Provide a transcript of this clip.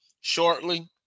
shortly